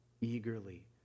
eagerly